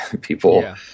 People